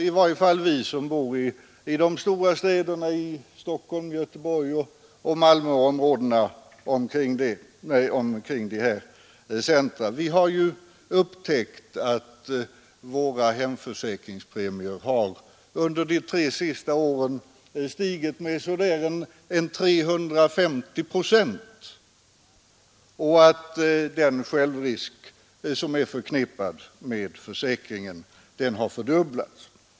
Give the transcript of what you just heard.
I varje fall vi som bor i storstäderna, i Stockholm, Göteborg, Malmö och omkring dessa centra, har upptäckt att våra hemförsäkringspremier under de tre senaste åren har stigit med uppemot 350 procent och att den självrisk som är förknippad med försäkringen har fördubblats.